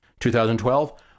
2012